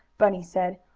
bunny said.